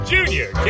Junior